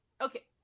Okay